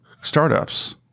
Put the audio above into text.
startups